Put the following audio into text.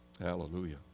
Hallelujah